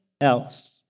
else